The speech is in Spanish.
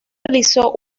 realizó